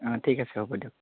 অঁ ঠিক আছে হ'ব দিয়ক